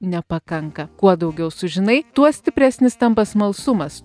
nepakanka kuo daugiau sužinai tuo stipresnis tampa smalsumas